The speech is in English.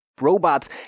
robots